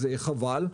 אז חבל.